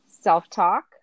Self-talk